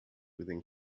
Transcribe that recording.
within